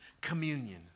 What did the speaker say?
communion